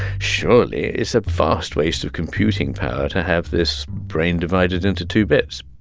surely, it's a vast waste of computing power to have this brain divided into two bits